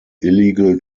illegal